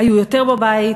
היו יותר בבית,